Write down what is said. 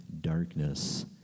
darkness